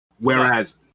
Whereas